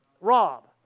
Rob